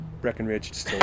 Breckenridge